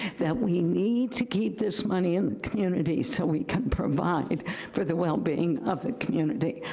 that we need to keep this money in the community so we can provide for the wellbeing of the community.